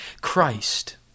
Christ